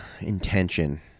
intention